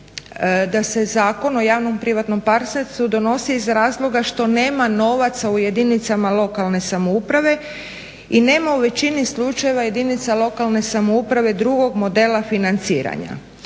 da se Zakon o javnom privatnom partnerstvu donosi iz razloga što nema novaca u jedinicama lokalne samouprave i nema u većini slučajeva jedinica lokalne samouprave drugog modela financiranja.